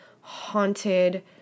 haunted